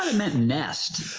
um meant nest.